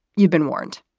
you've been warned.